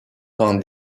camp